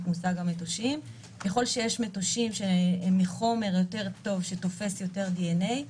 המושג מטושים שהם מחומר יותר טוב שתופס יותר דנ"א,